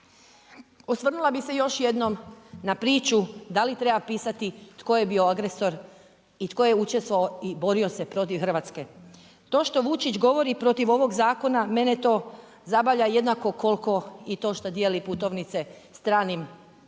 Osvrnula bih se još jednom na priču da li treba pisati tko je bio agresor i tko je učestvovao i borio se protiv Hrvatske. To što Vučić govori protiv ovog zakona, mene to zabavlja jednako kolko i to što dijeli putovnice stranim ostarjelim